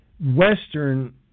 Western